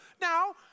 Now